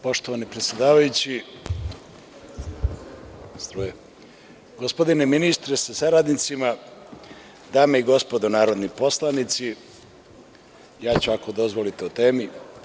Poštovani predsedavajući, gospodine ministre sa saradnicima, dame i gospodo narodni poslanici, ja ću, ako dozvolite, o temi.